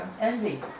envy